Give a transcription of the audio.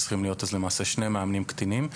צריכים להיות למעשה שני מאמנים קטינים.